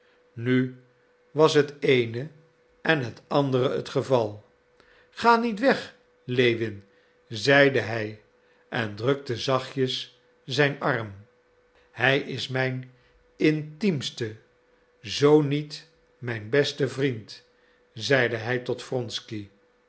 nu was het eene en het andere het geval ga niet weg lewin zeide hij en drukte zachtjes zijn arm hij is mijn intiemste zoo niet mijn beste vriend zeide hij tot wronsky